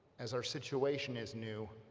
as our situation is new,